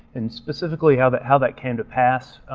and specifically how that how that came to pass